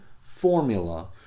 formula